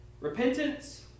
Repentance